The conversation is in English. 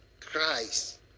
Christ